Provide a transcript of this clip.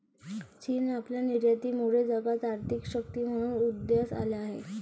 चीन आपल्या निर्यातीमुळे जगात आर्थिक शक्ती म्हणून उदयास आला आहे